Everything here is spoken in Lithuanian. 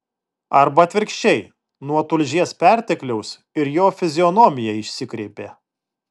arba atvirkščiai nuo tulžies pertekliaus ir jo fizionomija išsikreipė